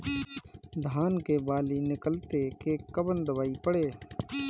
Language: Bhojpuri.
धान के बाली निकलते के कवन दवाई पढ़े?